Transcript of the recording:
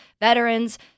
veterans